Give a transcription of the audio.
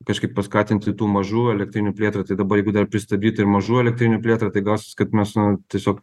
kažkaip paskatinti tų mažų elektrinių plėtrą tai dabar jeigu dar pristabdyti ir mažų elektrinių plėtrą tai gausis kad mes nu tiesiog